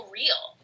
real